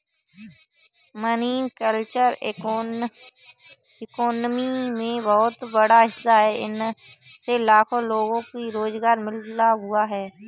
marine culture economy में बहुत बड़ा हिस्सा है इससे लाखों लोगों को रोज़गार मिल हुआ है